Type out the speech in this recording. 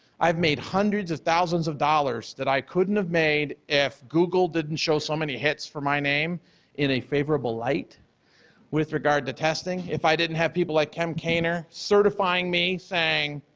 i've made hundreds of thousands of dollars that i couldn't have made if google didn't show so many hits for my name in a favorable light with regard to testing. if i didn't have people like cem kaner certifying me saying,